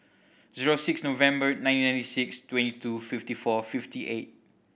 zero six November nineteen ninety six twenty two fifty four fifty eight